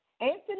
Anthony